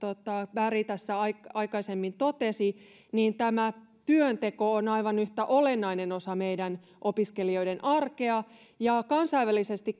berg tässä aikaisemmin totesi tämä työnteko on aivan yhtä olennainen osa meidän opiskelijoiden arkea ja kansainvälisesti